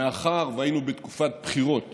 מאחר שהיינו בתקופת בחירות